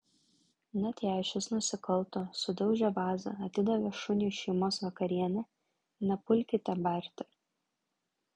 net jei šis nusikalto sudaužė vazą atidavė šuniui šeimos vakarienę nepulkite barti